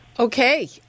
Okay